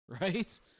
right